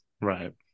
Right